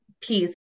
peace